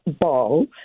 Ball